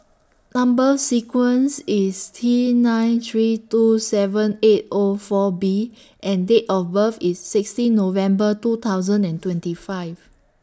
Number sequence IS T nine three two seven eight O four B and Date of birth IS sixteen November two thousand and twenty five